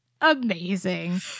amazing